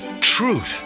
truth